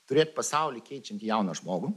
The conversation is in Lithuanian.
turėt pasaulį keičiantį jauną žmogų